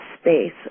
space